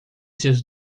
seus